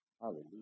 Hallelujah